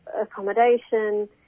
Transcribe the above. accommodation